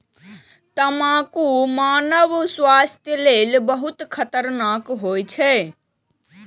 तंबाकू मानव स्वास्थ्य लेल बहुत खतरनाक होइ छै